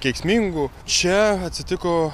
kenksmingų čia atsitiko